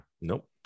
Nope